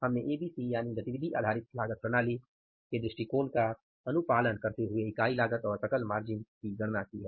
हमने एबीसी दृष्टिकोण का पालन करते हुए इकाई लागत और सकल मार्जिन की गणना की है